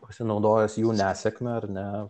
pasinaudojęs jų nesėkme ar ne